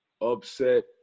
upset